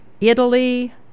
Italy